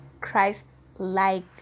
Christ-like